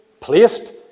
placed